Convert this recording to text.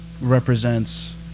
represents